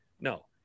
no